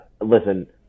Listen